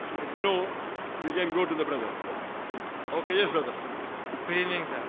if no we can go to the brothers ok. yes, brother screaming sir.